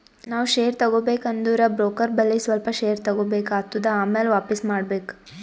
ನಾವ್ ಶೇರ್ ತಗೋಬೇಕ ಅಂದುರ್ ಬ್ರೋಕರ್ ಬಲ್ಲಿ ಸ್ವಲ್ಪ ಶೇರ್ ತಗೋಬೇಕ್ ಆತ್ತುದ್ ಆಮ್ಯಾಲ ವಾಪಿಸ್ ಮಾಡ್ಬೇಕ್